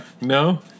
No